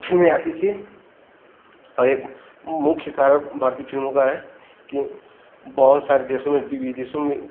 फिल्में आती थी और एक मुख्य कारण भारतीय फिल्मों का है कि बहुत सारे देशों में भी विदेशों में